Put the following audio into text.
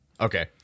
Okay